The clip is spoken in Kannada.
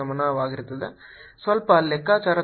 ಸ್ಪಷ್ಟ ಲೆಕ್ಕಾಚಾರದ ಮೂಲಕ ಈ ಉತ್ತರವನ್ನೂ ಪಡೆಯೋಣ